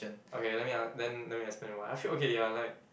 okay let me uh then let me explain why I feel okay ya like